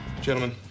Gentlemen